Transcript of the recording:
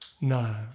No